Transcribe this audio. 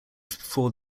before